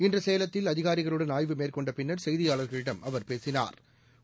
இன்று சேலத்தில் அதிகாரிகளுடன் ஆய்வு மேற்கொண்ட பின்னா் செய்தியாளா்களிடம் அவா் பேசினாா்